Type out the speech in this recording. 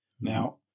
Now